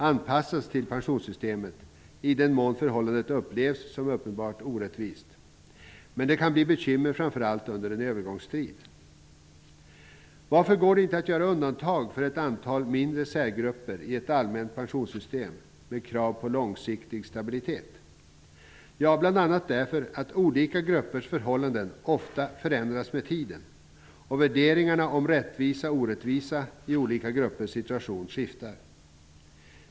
anpassas till pensionssystemet i den mån förhållandet upplevs som uppenbart orättvist. Men det kan bli bekymmer framför allt under en övergångstid. Varför går det inte att göra undantag för ett antal mindre särgrupper i ett allmänt pensionssystem med krav på långsiktigt stabilitet? Bl.a. därför att olika gruppers förhållanden ofta förändras med tiden, och värderingarna om rättvisa och orättvisa i olika gruppers situation skiftar.